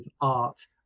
art